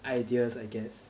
ideas I guess